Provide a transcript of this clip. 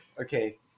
Okay